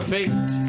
Fate